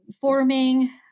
forming